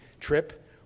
trip